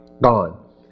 Gone